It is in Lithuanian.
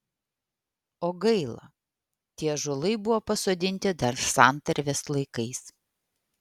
o gaila tie ąžuolai buvo pasodinti dar santarvės laikais